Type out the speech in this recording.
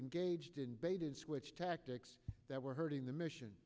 engaged in bait and switch tactics that were hurting the mission